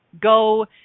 go